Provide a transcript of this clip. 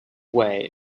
way